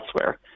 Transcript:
elsewhere